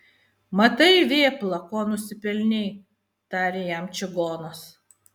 matai vėpla ko nusipelnei tarė jam čigonas